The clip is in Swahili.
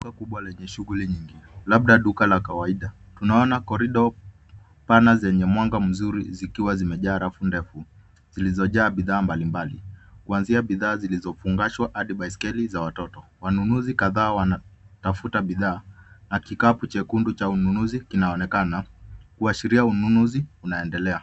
Duka kubwa lenye shughuli nyingi, labda duka la kawaida. Tunaona corridor pana zenye mwanga mzuri zikiwa zimejaa rafu ndefu, zilizojaa bidhaa mbalimbali. Kuanzia bidhaa zilizofungashwa hadi baiskeli za watoto. Wanunuzi kadhaa wanatafuta bidhaa na kikapu chekundu cha ununuzi kinaonekana, kuashiria ununuzi unaendelea.